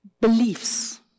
beliefs